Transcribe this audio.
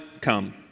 come